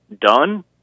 done